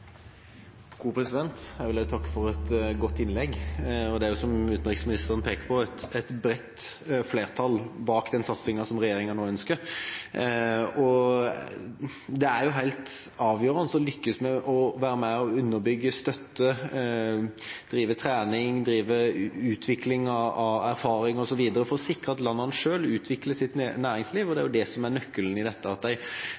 er jo, som utenriksministeren peker på, et bredt flertall bak den satsinga som regjeringa nå ønsker. Det er helt avgjørende å lykkes med å være med og underbygge, støtte, drive trening, drive utvikling av erfaring osv. for å sikre at landene selv utvikler sitt næringsliv. Det er jo det som er nøkkelen i dette, at de